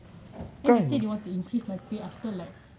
they say they want to increase my pay after like